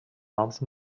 noms